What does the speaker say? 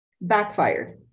backfired